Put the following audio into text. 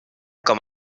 com